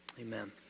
Amen